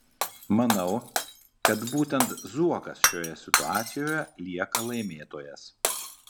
manau kad būtent zuokas šioje situacijoje lieka laimėtojas